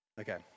Okay